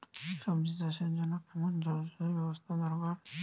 সবজি চাষের জন্য কেমন জলসেচের ব্যাবস্থা দরকার?